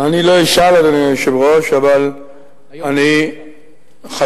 ואני לא אשאל, אדוני היושב-ראש, אבל אני חייב,